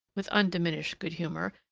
with undiminished good-humor,